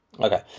Okay